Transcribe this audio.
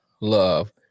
love